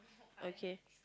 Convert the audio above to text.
okay